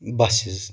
busses